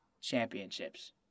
championships